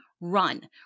run